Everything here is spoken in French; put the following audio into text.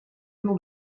long